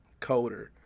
coder